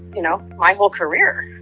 you know, my whole career.